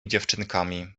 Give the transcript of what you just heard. dziewczynkami